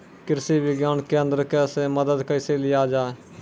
कृषि विज्ञान केन्द्रऽक से मदद कैसे लिया जाय?